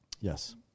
Yes